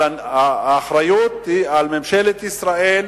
אבל האחריות היא על ממשלת ישראל,